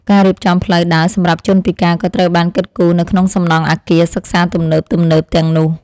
ការរៀបចំផ្លូវដើរសម្រាប់ជនពិការក៏ត្រូវបានគិតគូរនៅក្នុងសំណង់អគារសិក្សាទំនើបៗទាំងនោះ។